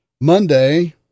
Monday